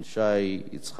יצחק וקנין,